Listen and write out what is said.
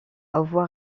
avoir